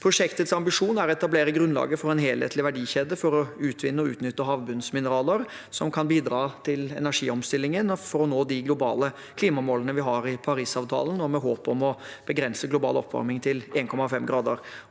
Prosjektets ambisjon er å etablere grunnlaget for en helhetlig verdikjede for å utvinne og utnytte havbunnsmineraler som kan bidra til energiomstillingen og for å nå de globale klimamålene vi har i Parisavtalen, med håp om å begrense global oppvarming til 1,5 grader.